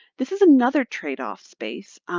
this is another trade-off space.